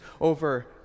over